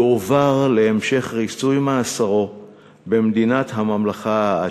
יועבר להמשך ריצוי מאסרו במדינת הממלכה ההאשמית.